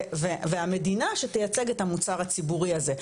והמדינה שתייצג את המוצר הציבורי הזה,